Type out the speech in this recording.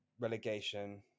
relegation